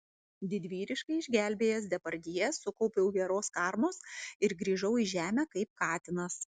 didvyriškai išgelbėjęs depardjė sukaupiau geros karmos ir grįžau į žemę kaip katinas